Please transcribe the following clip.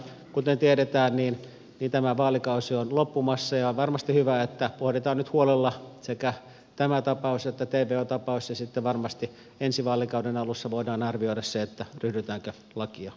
kuten tiedetään tämä vaalikausi on loppumassa ja on varmasti hyvä että pohditaan nyt huolella sekä tämä ta paus että tvo tapaus ja sitten varmasti ensi vaalikauden alussa voidaan arvioida se ryhdytäänkö lakia muuttamaan